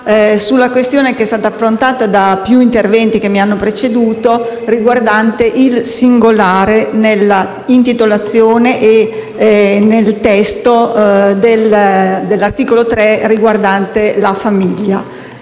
sulla questione, che è stata affrontata in vari interventi che mi hanno preceduto, riguardante il singolare nella intitolazione e nel testo dell'articolo 3, riguardante la famiglia.